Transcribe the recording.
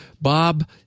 Bob